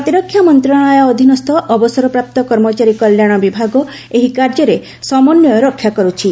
ପ୍ରତିରକ୍ଷା ମନ୍ତ୍ରଣାଳୟ ଅଧୀନସ୍ଥ ଅବସରପ୍ରାପ୍ତ କର୍ମଚାରୀ କଲ୍ୟାଣ ବିଭାଗ ଏହି କାର୍ଯ୍ୟରେ ସମନ୍ନୟ ରକ୍ଷା କର୍ତ୍ତି